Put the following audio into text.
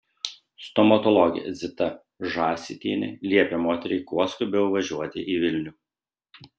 stomatologė zita žąsytienė liepė moteriai kuo skubiau važiuoti į vilnių